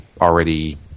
already